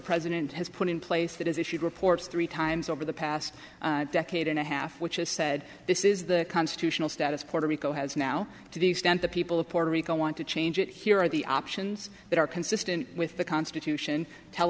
president has put in place that has issued reports three times over the past decade and a half which has said this is the constitutional status puerto rico has now to the extent the people of puerto rico want to change it here are the options that are consistent with the constitution tell